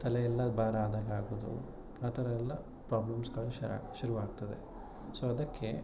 ತಲೆ ಎಲ್ಲ ಭಾರ ಆದ ಹಾಗೆ ಆಗೋದು ಆ ಥರಯೆಲ್ಲ ಪ್ರಾಬ್ಲಮ್ಸ್ಗಳು ಸ್ಟಾರ್ಟಾಗಿ ಶುರುವಾಗ್ತದೆ ಸೊ ಅದಕ್ಕೆ